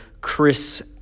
Chris